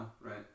right